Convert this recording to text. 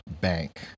bank